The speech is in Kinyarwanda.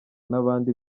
n’abandi